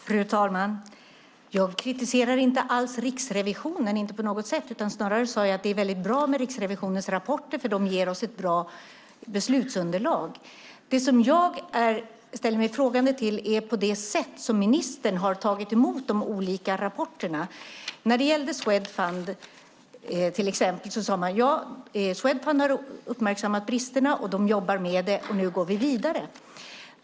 Fru talman! Jag kritiserar inte alls Riksrevisionen, inte på något sätt. Snarare sade jag att det är väldigt bra med Riksrevisionens rapporter, för de ger oss ett bra beslutsunderlag. Det som jag ställer mig frågande till är det sätt som ministern har tagit emot de olika rapporterna på. När det gällde Swedfund, till exempel, sade man: Ja, Swedfund har uppmärksammat bristerna. De jobbar med det. Nu går vi vidare.